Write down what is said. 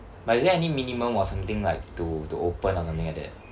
but is there any minimum or something like to to open or something like that